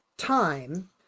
time